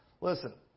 listen